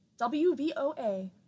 WVOA